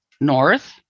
North